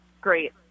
great